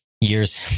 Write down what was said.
years